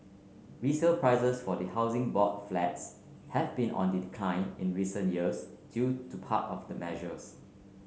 resale prices for the Housing Board Flats have been on the decline in recent years due to part of the measures